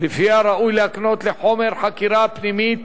שלפיה ראוי להקנות לחומר חקירה פנימית